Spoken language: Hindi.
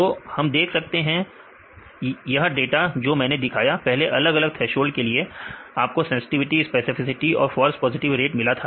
तो हम देख सकते हैं यह डाटा जो मैंने दिखाया पहले अलग अलग थ्रेसोल्ड के लिए आपको सेंसटिविटी स्पेसिफिसिटी और फॉल्स पॉजिटिव रेट मिला था